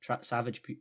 Savage